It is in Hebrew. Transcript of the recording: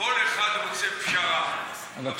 כל אחד רוצה פשרה, אבל כדרכו.